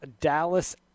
Dallas